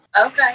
Okay